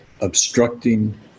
obstructing